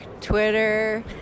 Twitter